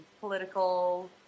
political